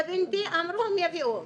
יא בינתי, אמרו הם יביאו אותם.